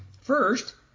First